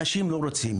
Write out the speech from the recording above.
אנשים לא רוצים.